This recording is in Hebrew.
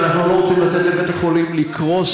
אנחנו לא רוצים לתת לבית-החולים לקרוס,